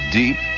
deep